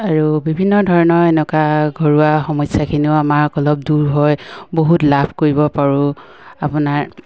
আৰু বিভিন্ন ধৰণৰ এনেকুৱা ঘৰুৱা সমস্যাখিনিও আমাক অলপ দূৰ হয় বহুত লাভ কৰিব পাৰোঁ আপোনাৰ